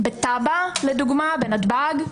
בטאבה לדוגמה, בנתב"ג.